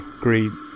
green